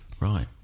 Right